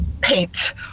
paint